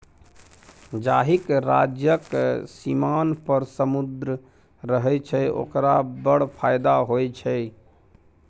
जाहिक राज्यक सीमान पर समुद्र रहय छै ओकरा बड़ फायदा होए छै